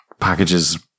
packages